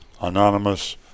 anonymous